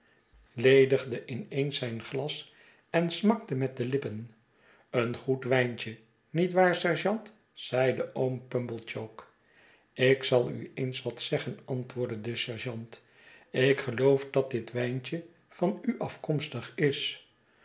ledigde in eens zijn glas en smakte met de lippen een goed wijntje niet waar sergeant zeide oom pumblechook ik zal u eens wat zeggen antwoordde de sergeant ik geloof dat dit wijntje van u afkomstig is